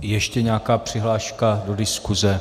Je ještě nějaká přihláška do diskuse?